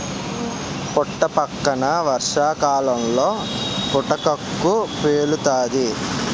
పుట్టపక్కన వర్షాకాలంలో పుటకక్కు పేలుతాది